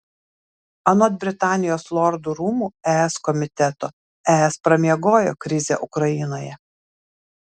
anot britanijos lordų rūmų es komiteto es pramiegojo krizę ukrainoje